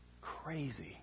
crazy